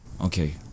okay